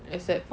accept